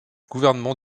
gouvernement